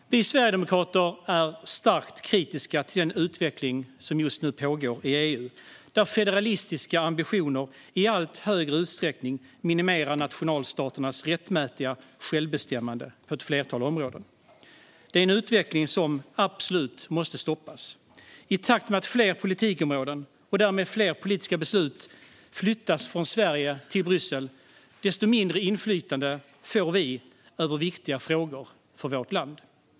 Vi sverigedemokrater är starkt kritiska till den utveckling som pågår i EU, där federalistiska ambitioner i allt högre utsträckning minimerar nationalstaternas rättmätiga självbestämmande på ett flertal områden. Det är en utveckling som absolut måste stoppas. I takt med att fler politikområden och därmed fler politiska beslut flyttas från Sverige till Bryssel får vi allt mindre inflytande över viktiga frågor för vårt land.